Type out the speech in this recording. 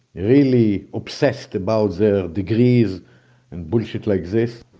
really obsessed about their degrees and bullshit like this.